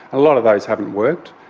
a lot of those haven't worked.